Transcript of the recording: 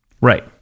right